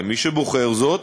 למי שבוחר זאת,